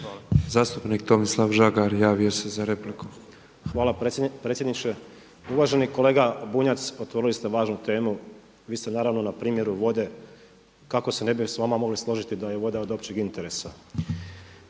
Hvala. Zastupnik Tomislav Žagar javio se za repliku. **Žagar, Tomislav (Nezavisni)** Hvala predsjedniče. Uvaženi kolega Bunjac, otvorili ste važnu temu. Vi ste naravno na primjeru vode kako se ne bi sa vama mogli složiti da je voda od općeg interesa.